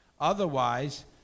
Otherwise